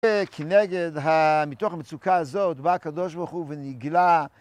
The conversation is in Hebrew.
כנגד, מתוך המצוקה הזאת, בא הקדוש ברוך הוא ונגלה